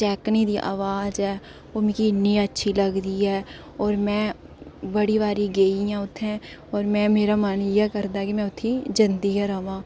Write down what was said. चैह्कने दी अवाज़ ऐ ओह् मिगी इ'न्नी अच्छी लगदी ऐ होर में बड़ी बारी गेईं ऐं उत्थै होर में मेरा मन इ'यै करदा के में उत्थै ई जंदी गै र'वां